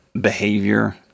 behavior